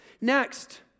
Next